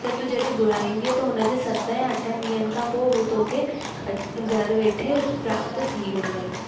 त तू जॾहिं घुराईंदीअ त हुनजे सत ऐं अठ ॾींहनि खां पोइ हो तोखे घर वेठे प्राप्त थी वेंदई